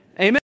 amen